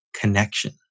connection